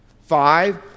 five